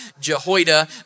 Jehoiada